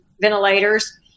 ventilators